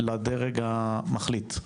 לדרג המחליט,